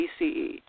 BCE